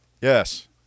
Yes